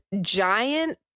giant